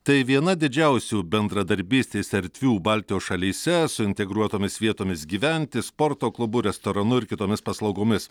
tai viena didžiausių bendradarbystės erdvių baltijos šalyse su integruotomis vietomis gyventi sporto klubu restoranu ir kitomis paslaugomis